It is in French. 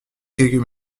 quelques